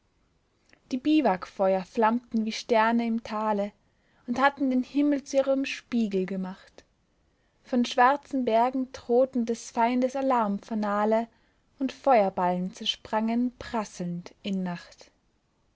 die biwakfeuer flammten wie sterne im tale und hatten den himmel zu ihrem spiegel gemacht von schwarzen bergen drohten des feindes alarm fanale und feuerballen zersprangen prasselnd in nacht